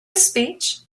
speech